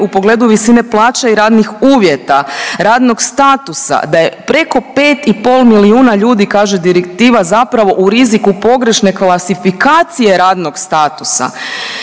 u pogledu visine plaće i radnih uvjeta, radnog statusa, da je preko 5 i pol milijuna ljudi kaže direktiva zapravo u riziku pogrešne klasifikacije radnog statusa